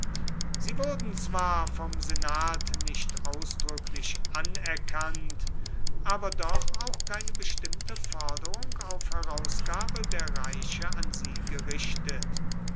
sie wurden zwar vom senat nicht ausdrücklich anerkannt aber doch auch keine bestimmte forderung auf herausgabe der reiche an sie gerichtet